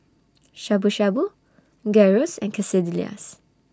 Shabu Shabu Gyros and Quesadillas